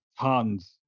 tons